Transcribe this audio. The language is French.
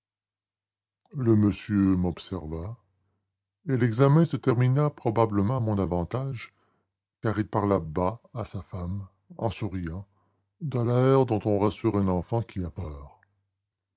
le monsieur m'observa et l'examen se termina probablement à mon avantage car il parla bas à sa femme en souriant de l'air dont on rassure un enfant qui a peur